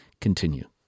Continue